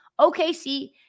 OKC